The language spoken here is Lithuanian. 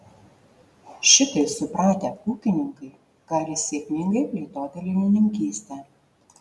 šitai supratę ūkininkai gali sėkmingai plėtoti linininkystę